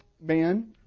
man